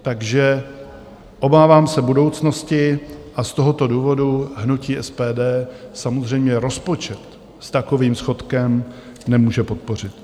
Takže obávám se budoucnosti a z tohoto důvodu hnutí SPD samozřejmě rozpočet s takovým schodkem nemůže podpořit.